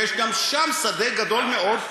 ויש גם שם שדה גדול מאוד,